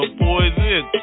poison